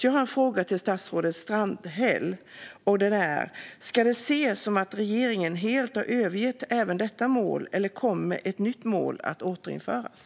Jag har en fråga till statsrådet Strandhäll: Ska detta ses som att regeringen helt har övergett även detta mål, eller kommer ett nytt mål att införas?